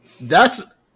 That's-